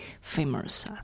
famous